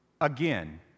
again